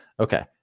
Okay